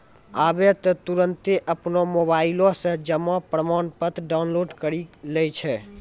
आबै त तुरन्ते अपनो मोबाइलो से जमा प्रमाणपत्र डाउनलोड करि लै छै